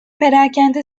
perakende